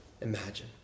imagine